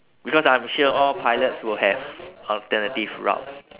because I'm sure all pilots will have alternative routes